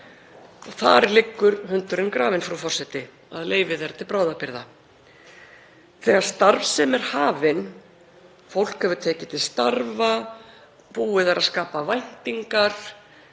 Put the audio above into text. Þar liggur hundurinn grafinn, frú forseti, að leyfið er til bráðabirgða. Þegar starfsemi er hafin, fólk hefur tekið til starfa, búið er að skapa væntingar